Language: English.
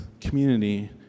community